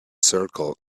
circle